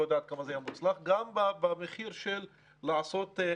אני לא יודעת עד כמה זה יהיה מוצלח גם במחיר של לעשות שיפטים.